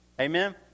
Amen